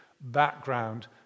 background